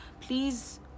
please